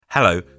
Hello